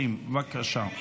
30, בבקשה.